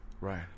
Right